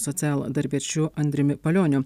socialdarbiečiu andriumi palioniu